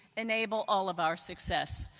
enable all of our success.